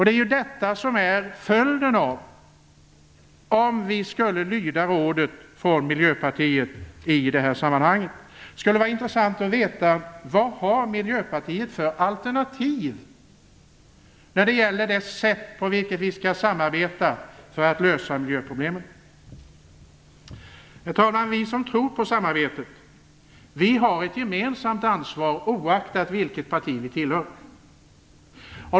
Det är ju detta som skulle bli följden om vi lydde rådet från Miljöpartiet i det här sammanhanget. Det skulle vara intressant att få veta vad Miljöpartiet har för alternativ när det gäller det sätt på vilket vi skall samarbeta för att lösa miljöproblemen. Herr talman! Vi som tror på samarbetet har ett gemensamt ansvar, oaktat vilket parti vi tillhör.